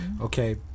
Okay